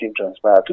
transpired